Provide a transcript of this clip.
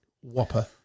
whopper